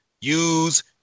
use